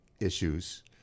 issues